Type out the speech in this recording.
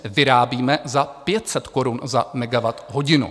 Vyrábíme za 500 korun za megawatthodinu.